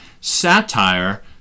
satire